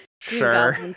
sure